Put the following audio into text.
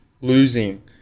losing